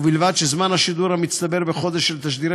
ובלבד שזמן השידור המצטבר בחודש של תשדירי